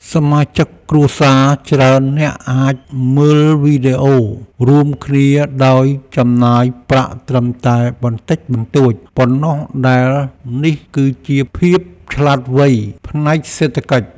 សមាជិកគ្រួសារច្រើននាក់អាចមើលវីដេអូរួមគ្នាដោយចំណាយប្រាក់ត្រឹមតែបន្តិចបន្តួចប៉ុណ្ណោះដែលនេះគឺជាភាពឆ្លាតវៃផ្នែកសេដ្ឋកិច្ច។